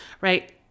right